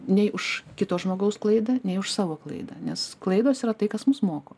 nei už kito žmogaus klaidą nei už savo klaidą nes klaidos yra tai kas mus moko